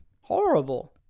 Horrible